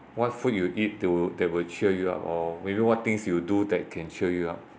what food you eat to that will cheer you up or maybe what things you do that can cheer you up